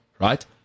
right